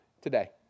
today